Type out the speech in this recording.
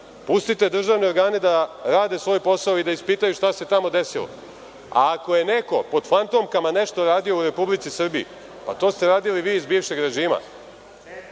organa. Pustite državne organe da rade svoj posao i da ispitaju šta se tamo desilo. Ako je neko pod fantomkama nešto radio u Republici Srbiji, pa to ste radili vi iz bivšeg režima.